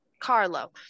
Carlo